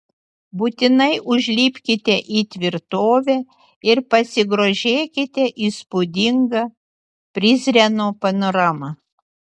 būtinai užlipkite į tvirtovę ir pasigrožėkite įspūdinga prizreno panorama